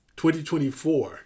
2024